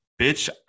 bitch